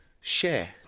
share